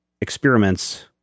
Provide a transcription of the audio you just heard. experiments